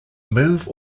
move